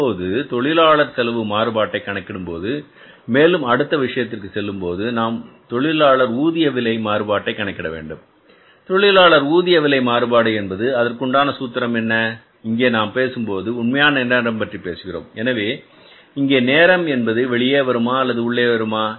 இப்போது தொழிலாளர் செலவு மாறுபாட்டை கணக்கிடும்போது மேலும் அடுத்த விஷயத்திற்கு செல்லும்போது நாம் தொழிலாளர் ஊதிய விலை மாறுபாட்டை கணக்கிட வேண்டும் தொழிலாளர் ஊதிய விலை மாறுபாடு என்பது அதற்குண்டான சூத்திரம் என்ன இங்கே நாம் பேசும்போது உண்மையான நேரம் பற்றி பேசுகிறோம் எனவே இங்கே நேரம் என்பது வெளியே வருமா அல்லது உள்ளே வருமா